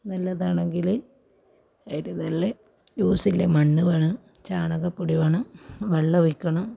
നല്ലതാണെങ്കിൽ അതിന് നല്ല ലൂസിലെ മണ്ണ് വേണം ചാണകപൊടി വേണം വെള്ളം ഒഴിക്കണം